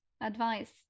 advice